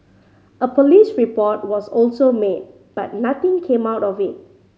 a police report was also made but nothing came out of it